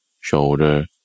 shoulder